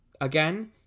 Again